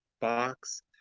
box